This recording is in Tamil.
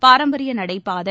பாரம்பரிய நடைபாதை